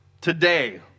today